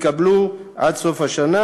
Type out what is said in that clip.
יתקבלו עד סוף השנה.